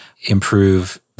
improve